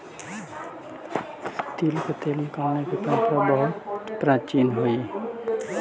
तिल से तेल निकालने की परंपरा बहुत प्राचीन हई